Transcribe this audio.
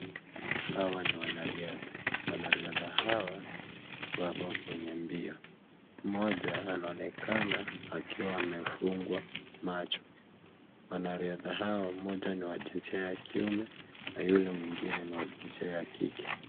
Hawa ni wanariadha, wanariadha hawa wako kwenye mbio. Moja anaonekana akiwa amefungua macho. Wanariadha hawa moja ni wa jinsia ya kiume na yule mwingine ni wa jinsia ya kike.